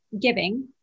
giving